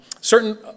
certain